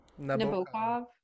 nabokov